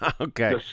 Okay